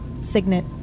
signet